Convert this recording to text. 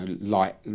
light